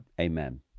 Amen